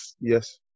yes